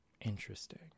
interesting